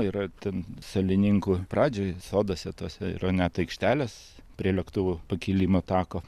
yra ten salininkų pradžioj soduose tuose yra net aikštelės prie lėktuvų pakilimo tako